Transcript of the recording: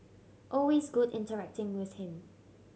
always good interacting with him